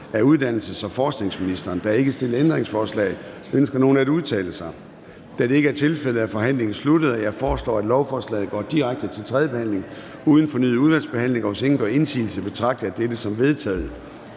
Formanden (Søren Gade): Der er ikke stillet ændringsforslag. Ønsker nogen at udtale sig? Da det ikke er tilfældet, er forhandlingen sluttet. Jeg foreslår, at lovforslaget går direkte til tredje behandling uden fornyet udvalgsbehandling. Hvis ingen gør indsigelse, betragter jeg dette som vedtaget.